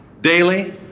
Daily